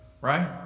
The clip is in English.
Right